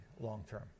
long-term